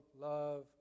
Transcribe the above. love